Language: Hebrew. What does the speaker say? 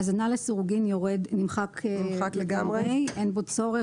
"הזנה לסירוגין" נמחק לגמרי, אין בו צורך.